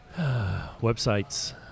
Websites